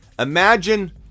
imagine